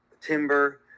timber